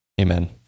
Amen